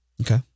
Okay